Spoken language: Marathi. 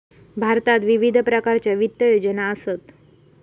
भारतात विविध प्रकारच्या वित्त योजना असत